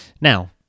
Now